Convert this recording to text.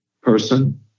person